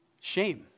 shame